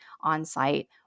on-site